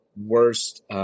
worst